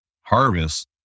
harvest